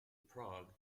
prague